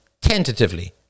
tentatively